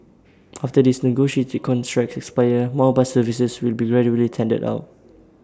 after these negotiated contracts expire more bus services will be gradually tendered out